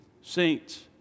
saints